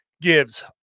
gives